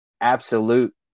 absolute